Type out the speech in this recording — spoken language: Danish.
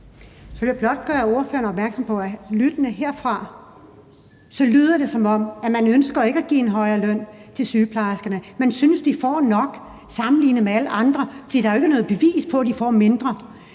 Så vil jeg blot gøre ordføreren opmærksom på, at herfra lyder det, som om man ikke ønsker at give en højere løn til sygeplejerskerne, for man synes, de får nok sammenlignet med alle andre, for der er jo ikke noget bevis på, at de får mindre.